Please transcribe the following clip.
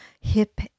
hip